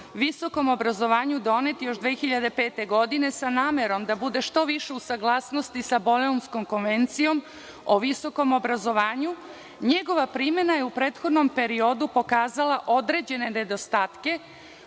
visokom obrazovanju donet još 2005. godine sa namerom da bude što više uz saglasnosti sa Bolonjskom konvencijom o visokom obrazovanju. Njegova primena je u prethodnom periodu pokazala određene nedostatke